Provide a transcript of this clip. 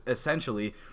essentially